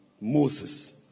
Moses